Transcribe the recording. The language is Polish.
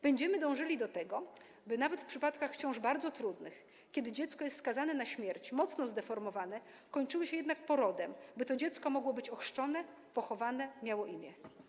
Będziemy dążyli do tego, by nawet przypadki ciąż bardzo trudnych, kiedy dziecko jest skazane na śmierć, mocno zdeformowane, kończyły się jednak porodem, by to dziecko mogło być ochrzczone, pochowane, miało imię.